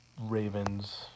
Ravens